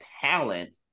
talent